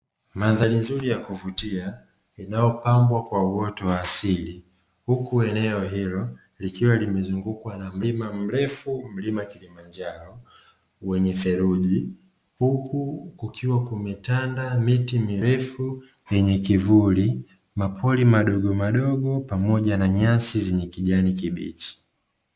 Mandhari nzuri ya kuvutia inayopambwa kwa uoto wa asili huku eneo hilo likiwa limezungukwa na mlima mrefu (mlima Kilimanjaro) wenye theluji. Huku kukiwa kumetanda miti mirefu yenye kivuli, mapori madogomadogo, pamoja na nyasi zenye kijani kibichi.